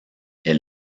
est